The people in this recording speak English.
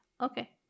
Okay